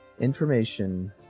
Information